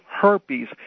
herpes